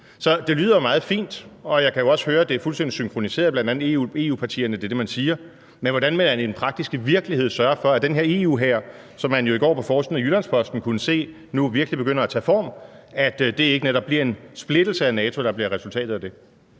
Så det lyder meget fint, og jeg kan jo også høre, at det er fuldstændig synkroniseret blandt EU-partierne, og at det er det, man siger, men hvordan vil man i den praktiske virkelighed sørge for, at resultatet af den her EU-hær, som vi jo i går på forsiden af Jyllands-Posten kunne se virkelig begynder at tage form, ikke netop bliver en splittelse af NATO? Kl. 13:48 Formanden